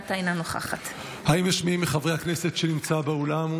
אינה נוכחת האם יש מי מחברי הכנסת שנמצא באולם,